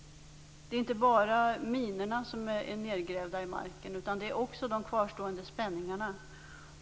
Det är inte bara minorna som är nedgrävda i marken, utan det är också de kvarstående spänningarna.